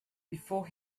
before